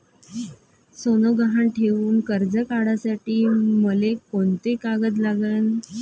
सोनं गहान ठेऊन कर्ज काढासाठी मले कोंते कागद लागन?